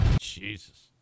Jesus